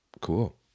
Cool